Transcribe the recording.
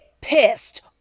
pissed